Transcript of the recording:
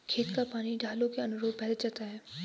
खेत का पानी ढालू के अनुरूप बहते जाता है